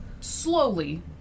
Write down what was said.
slowly